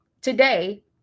Today